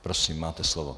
Prosím, máte slovo.